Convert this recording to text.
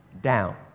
down